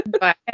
Bye